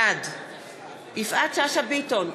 בעד יפעת שאשא ביטון,